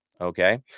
okay